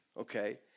okay